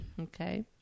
Okay